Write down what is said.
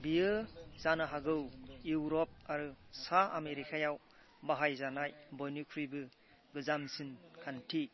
बेयो जानो हागौ इउरप आरो सा आमेरिकायाव बाहाय जानाय बयनिख्रुइबो गोजामसिन खान्थि